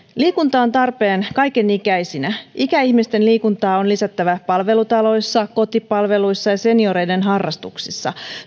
liikunta on tarpeen kaiken ikäisinä ikäihmisten liikuntaa on lisättävä palvelutaloissa kotipalveluissa ja senioreiden harrastuksissa